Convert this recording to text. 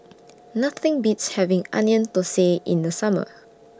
Nothing Beats having Onion Thosai in The Summer